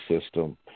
system